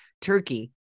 turkey